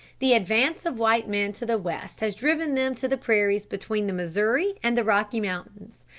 the advance of white men to the west has driven them to the prairies between the missouri and the rocky mountains,